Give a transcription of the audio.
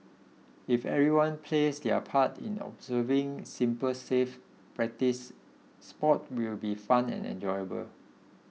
if everyone plays their part in observing simple safe practices sports will be fun and enjoyable